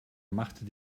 machte